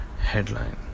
headline